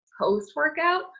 post-workout